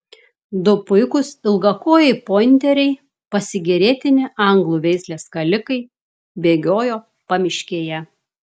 du puikūs ilgakojai pointeriai pasigėrėtini anglų veislės skalikai bėgiojo pamiškėje